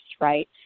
right